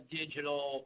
digital